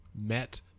met